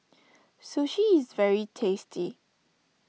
Sushi is very tasty